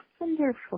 Wonderful